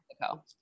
Mexico